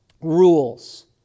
rules